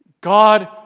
God